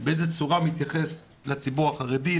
באיזו צורה הוא מתייחס לציבור החרדי,